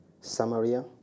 Samaria